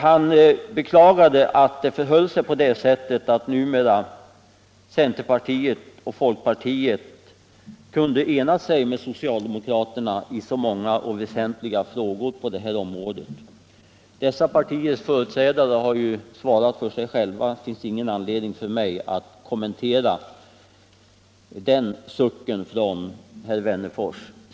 Han beklagade att det förhöll sig på det sättet att numera centerpartiet och folkpartiet kunde ena sig med socialdemokraterna i så många och väsentliga frågor på det här området. Dessa partiers företrädare har ju svarat för sig själva, och det finns ingen anledning för mig att kommentera den sucken från herr Wennerfors.